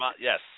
Yes